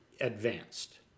advanced